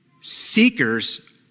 Seekers